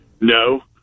No